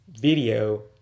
video